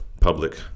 public